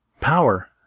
Power